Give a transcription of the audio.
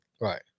Right